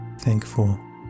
thankful